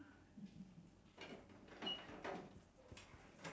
elder man el~ elderly man uh doing fishing